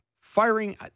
Firing